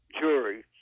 jury